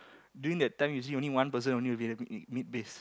during that time usually only one person only will be in the mid base